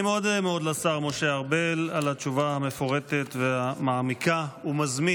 אני מודה מאוד לשר משה ארבל על התשובה המפורטת והמעמיקה נכון,